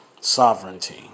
sovereignty